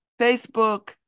Facebook